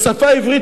בשפה העברית,